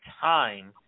time